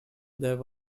there